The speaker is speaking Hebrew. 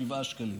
7 שקלים.